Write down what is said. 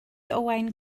owain